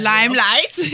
Limelight